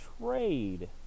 trade